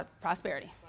Prosperity